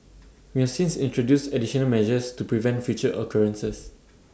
we have since introduced additional measures to prevent future occurrences